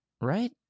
Right